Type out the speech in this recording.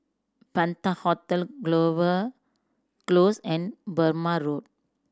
Penta Hotel Clover Close and Burmah Road